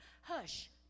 hush